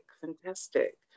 fantastic